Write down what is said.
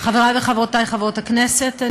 חברי וחברותי חברות הכנסת,